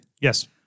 Yes